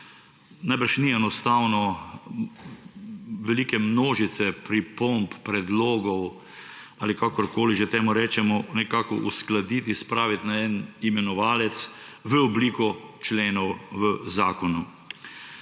Najbrž ni enostavno velike množice pripomb predlogov, ali kakorkoli že temu rečemo, nekako uskladiti, spraviti na en imenovalec v obliko členov v zakonu.